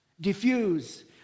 diffuse